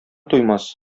туймас